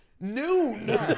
noon